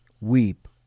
weep